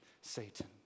Satan